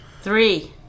Three